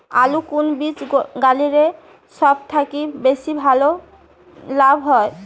আলুর কুন বীজ গারিলে সব থাকি বেশি লাভ হবে?